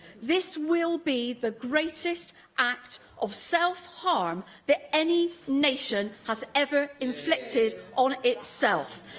this will be the greatest act of self-harm that any nation has ever inflicted on itself.